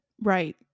Right